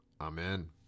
amen